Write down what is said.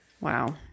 Wow